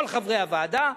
כל חברי הוועדה,